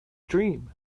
dream